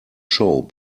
show